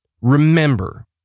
Remember